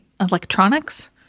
Electronics